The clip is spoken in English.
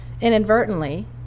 inadvertently